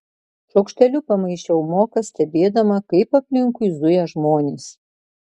šaukšteliu pamaišiau moką stebėdama kaip aplinkui zuja žmonės